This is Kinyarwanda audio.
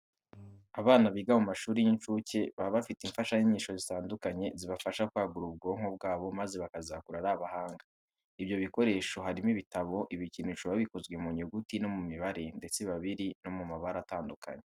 Abana biga mu mashuri y'incuke baba bafite imfashanyigisho zitandukanye zibafasha kwagura ubwonko bwabo maze bakazakura ari abahanga. Ibyo bikoresho harimo ibitabo, ibikinisho biba bikozwe mu nyuguti no mu mibare ndetse biba biri no mu mabara atandukanye.